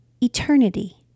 eternity